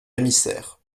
émissaire